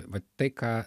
vat tai ką